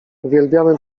uwielbiamy